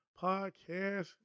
podcast